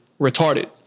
retarded